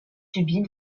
subi